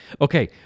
Okay